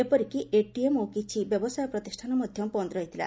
ଏପରିକି ଏଟିଏମ୍ ଓ କିଛି ବ୍ୟବସାୟ ପ୍ରତିଷ୍ଠାନ ମଧ୍ଧ ବନ୍ନ ରହିଥିଲା